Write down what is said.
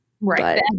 Right